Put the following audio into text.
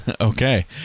Okay